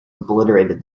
obliterated